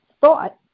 thought